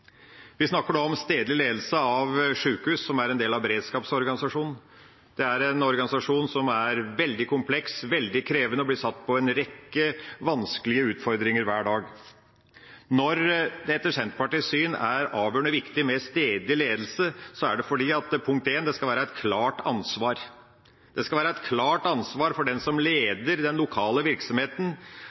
Vi snakker nå om stedlig ledelse av sjukehus som er en del av beredskapsorganisasjonen. Det er en organisasjon som er veldig kompleks, veldig krevende, og som blir satt på en rekke vanskelige utfordringer hver dag. Når det etter Senterpartiets syn er avgjørende viktig med stedlig ledelse, er det, punkt én, fordi det skal være et klart ansvar. Det skal være et klart ansvar for den som leder den lokale virksomheten,